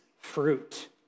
fruit